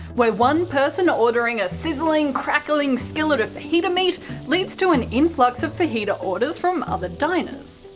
where one person ordering a sizzling, crackling skillet of fajita meat leads to an influx of fajita orders from other diners.